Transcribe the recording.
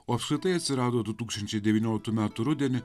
o apskritai atsirado du tūkstančiai devynioliktų metų rudenį